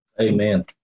Amen